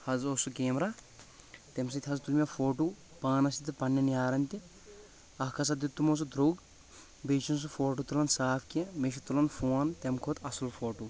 حظ اوس سُہ کیمرا تٔمہِ سۭتۍ حظ تُلۍ مےٚ فوٹوٗ پانس تہِ پنٕنٮ۪ن یارن تہِ اکھ ہسا دیُت تِمو سُہ دروٚگ بیٚیہِ چُھنہٕ سُہ فوٹوٗ تُلان صاف کیٚنٛہہ مےٚ چُھ تُلان فوٗن تمہِ کھۄتہٕ اَصل فوٹوٗ